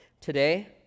Today